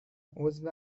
عضو